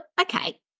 okay